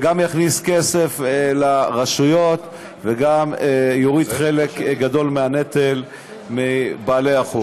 זה גם יכניס כסף לרשויות וגם יוריד חלק גדול מהנטל על בעלי החוב.